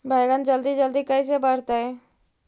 बैगन जल्दी जल्दी कैसे बढ़तै?